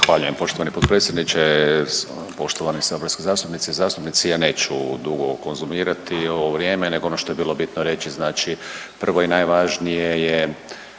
Zahvaljujem poštovani potpredsjedniče. Poštovani saborski zastupnici i zastupnici. Ja neću dugo konzumirati ovo vrijeme nego ono što je bilo bitno reći, znači prvo i najvažnije je,